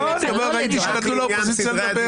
ראיתי שנתנו לאופוזיציה לדבר.